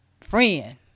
Friend